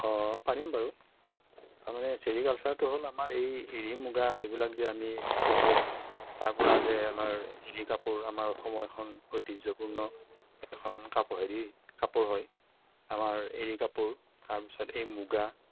অঁ পাৰিম বাৰু তাৰমানে চেৰিকালচাৰটো হ'ল আমাৰ এই এৰী মুগা এইবিলাক যে আমি পোহোঁ তাৰপৰা যে আমাৰ এৰী কাপোৰ আমাৰ অসমৰ এখন ঐতিহ্যপূৰ্ণ এখন কাপো হেৰি কাপোৰ হয় আমাৰ এৰী কাপোৰ তাৰপিছত এই মুগা